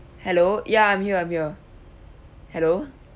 hello ya I'm here I'm here hello